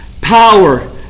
power